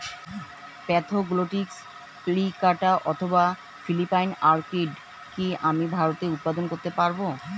Spathoglottis plicata অথবা Philippine orchid কি আমি ভারতে উৎপাদন করতে পারবো?